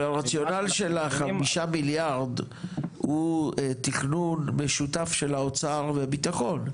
אבל הרציונל של ה-5 מיליארד הוא תכנון משותף של האוצר וביטחון,